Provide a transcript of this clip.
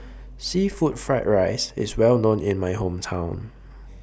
Seafood Fried Rice IS Well known in My Hometown